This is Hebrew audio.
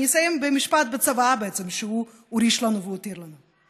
אסיים בצוואה שהוא הוריש לנו והותיר לנו.